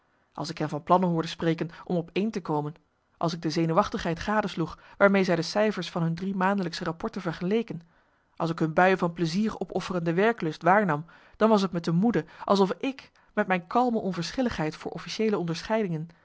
als ik hen van plannen hoorde spreken om op één te komen als ik de zenuwachtigheid gadesloeg waarmee zij de cijfers van hun driemaandelijksche rapporten vergeleken als ik hun buien van plezier opofferende werklust waarnam dan was t me te moede alsof ik met mijn kalme onverschilligheid voor officieele onderscheidingen